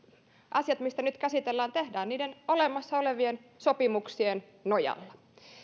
asiat mitä nyt käsitellään tehdään niiden olemassa olevien sopimuksien nojalla